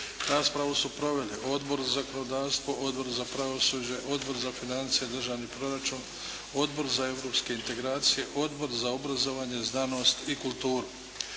Raspravu su proveli Odbor za zakonodavstvo, Odbor za pravosuđe, Odbor za financije i državni proračun, Odbor za europske integracije, Odbor za obrazovanje, znanost i kulturu.